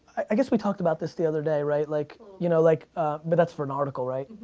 i guess we talked about this the other day, right? like you know like but that's for an article, right?